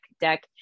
deck